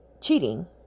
cheating